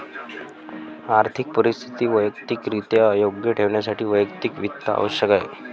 आर्थिक परिस्थिती वैयक्तिकरित्या योग्य ठेवण्यासाठी वैयक्तिक वित्त आवश्यक आहे